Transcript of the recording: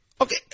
Okay